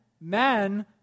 men